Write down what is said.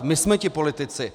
My jsme ti politici.